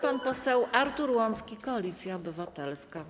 Pan poseł Artur Łącki, Koalicja Obywatelska.